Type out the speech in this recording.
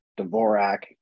Dvorak